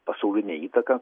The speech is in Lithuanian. pasaulinę įtaką